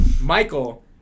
Michael